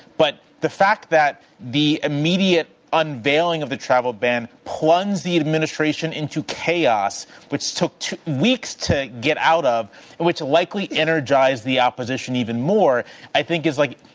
but the fact that the immediate unveiling of the travel ban plunged the administration into chaos which took weeks to get out of and which likely energized the opposition even more i think is, like,